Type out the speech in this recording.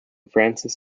francis